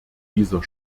dieser